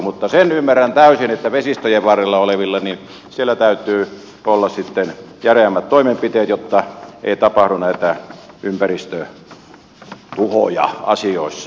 mutta sen ymmärrän täysin että vesistöjen varrella olevilla täytyy olla sitten järeämmät toimenpiteet jotta ei tapahdu näitä ympäristötuhoja asioissa